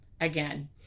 Again